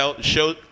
show